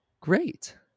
great